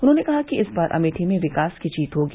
उन्होंने कहा कि इस बार अमेठी में विकास की जीत होगी